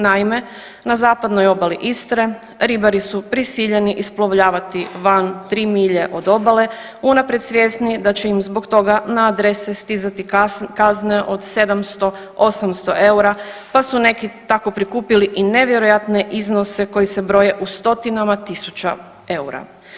Naime, na zapadnoj obali Istre ribari su prisiljeni isplovljavati van 3 milje od obale unaprijed svjesni da će im zbog toga na adrese stizati kazne od 700, 800 EUR-a pa su neki tako prikupili i nevjerojatne iznose koji se broje u stotinama tisuća EUR-a.